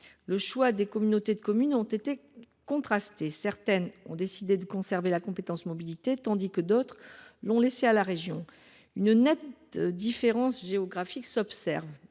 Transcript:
Les choix des communautés de communes ont été contrastés : certaines ont décidé de conserver la compétence « mobilité », tandis que d’autres l’ont laissée à la région. Une nette différence géographique est observée